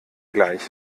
gleich